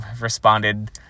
responded